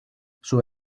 sus